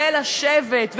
ולשבת,